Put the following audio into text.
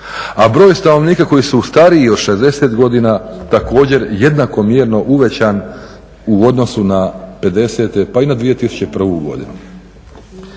A broj stanovnika koji su stariji od 60 godina također jednako mjerno uvećan u odnosu na '50.-te pa i na 2001. godinu.